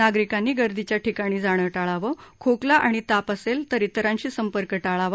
नागरिकांनी गर्दीच्या ठिकाणी जाणं टाळावं खोकला आणि ताप असेल तर इतरांशी संपर्क टाळावा